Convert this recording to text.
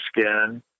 skin